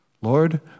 Lord